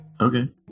Okay